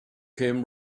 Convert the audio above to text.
came